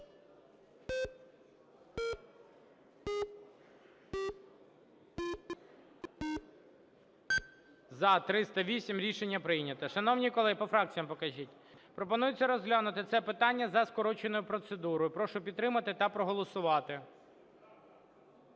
За-308 Рішення прийнято. Шановні колеги… По фракціях покажіть. Пропонується розглянути це питання за скороченою процедурою. Прошу підтримати та проголосувати.